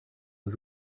was